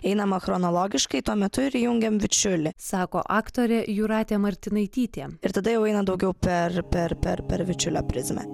einama chronologiškai tuo metu ir įjungiam vičiulį sako aktorė jūratė martinaitytė ir tada jau eina daugiau per per per per vičiulio prizmę